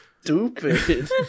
stupid